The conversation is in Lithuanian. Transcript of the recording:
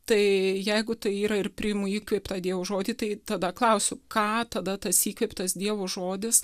tai jeigu tai yra ir priimu jį kaip tą dievo žodį tai tada klausiu ką tada tas įkvėptas dievo žodis